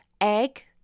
egg